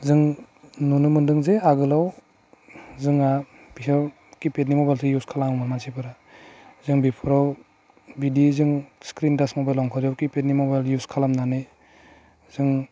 जों नुनो मोनदों जे आगोलाव जोंहा बेयाव किपेडनि मबेलसो इउस खालामोमोन मानसिफोरा जों बेफोराव बिदि जों स्क्रिन टाच मबाइल ओंखारैयाव किपेडनि मबाइल इउस खालामनानै जों